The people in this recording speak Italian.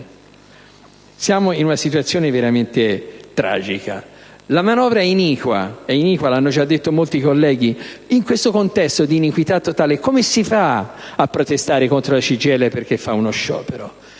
siamo in una situazione veramente tragica. La manovra è iniqua, lo hanno già detto molti colleghi. In questo contesto di iniquità totale, come si fa a protestare contro la CGIL perché fa sciopero?